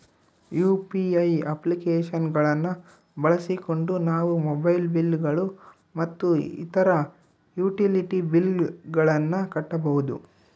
UPI application ಗಳನ್ನ ಬಳಸಿಕೊಂಡು ನಾವು ಮೊಬೈಲ್ ಬಿಲ್ ಗಳು ಮತ್ತು ಇತರ ಯುಟಿಲಿಟಿ ಬಿಲ್ ಗಳನ್ನ ಕಟ್ಟಬಹುದು